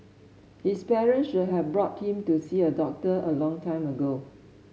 his parent should have brought him to see a doctor a long time ago